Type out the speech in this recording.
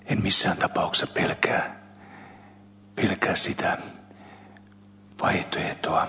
en missään tapauksessa pelkää sitä vaihtoehtoa